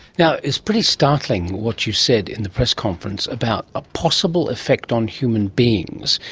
now, it's pretty startling what you said in the press conference about a possible effect on human beings.